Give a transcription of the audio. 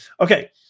Okay